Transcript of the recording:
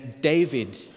David